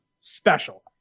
special